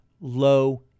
low